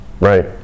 Right